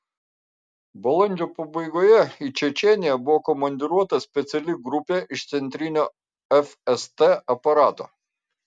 balandžio pabaigoje į čečėniją buvo komandiruota speciali grupė iš centrinio fst aparato